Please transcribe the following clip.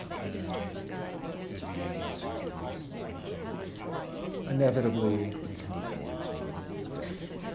and disease and surgeries reaching inevitably we can look forward to death.